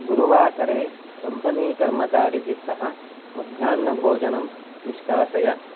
गुरुवासरे कम्पनी कर्मचारिभिस्सह मध्याह्नभोजनं निष्कासय